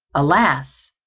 alas!